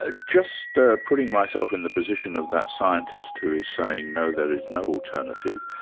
ah just ah putting myself in the position of that scientist who is saying no, there is no alternative,